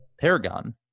Paragon